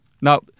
Now